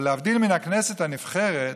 אבל להבדיל מהכנסת הנבחרת,